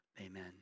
Amen